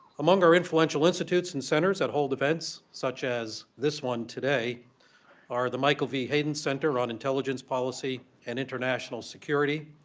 among our influential institutes and centers that hold events such as this one today are the michael v. hayden center on intelligence, policy and international security,